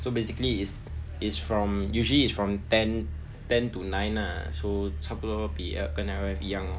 so basically is is from usually is from ten ten to nine lah so 差不多比跟 一样